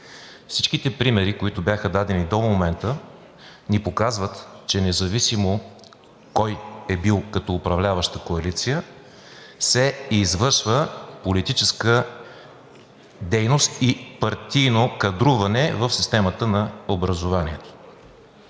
Всичките примери, които бяха дадени до момента, ни показват, че независимо кой е бил като управляваща коалиция, се извършва политическа дейност и партийно кадруване в системата на образованието.